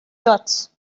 dots